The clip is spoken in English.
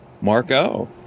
Marco